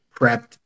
prepped